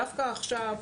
דווקא עכשיו,